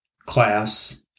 class